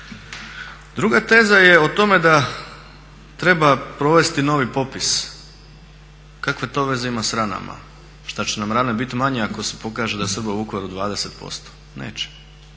Druga teza je o tome da treba provesti novi popis. Kakve to veze ima s ranama? Šta će nam rane biti manje ako se pokaže da je Srba u Vukovaru 20%? Neće